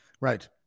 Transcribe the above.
Right